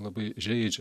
labai žeidžia